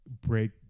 break